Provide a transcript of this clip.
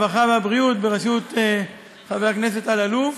הרווחה והבריאות בראשות חבר הכנסת אלאלוף,